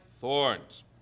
thorns